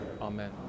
Amen